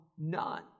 none